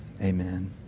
amen